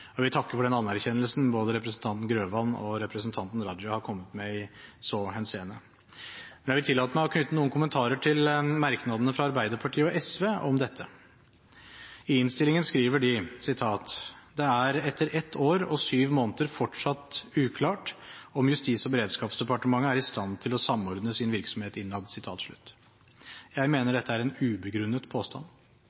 Jeg vil takke for den anerkjennelsen både representanten Grøvan og representanten Raja har kommet med i så henseende. Men jeg vil tillate meg å knytte noen kommentarer til merknadene fra Arbeiderpartiet og SV om dette. I innstillingen skriver de at de mener at «det etter ett år og syv måneder fortsatt er uklart om Justis- og beredskapsdepartementet er i stand til å samordne sin virksomhet innad». Jeg mener dette er en ubegrunnet påstand.